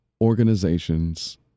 organizations